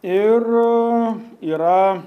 ir yra